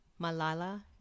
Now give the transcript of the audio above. Malala